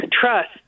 trust